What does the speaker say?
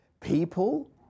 people